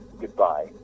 Goodbye